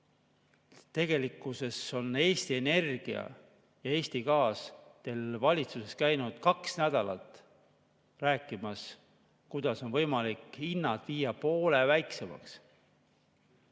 Tegelikkuses on Eesti Energia ja Eesti Gaas teil valitsuses käinud kaks nädalat rääkimas, kuidas on võimalik hinnad viia poole väiksemaks.